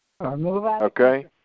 okay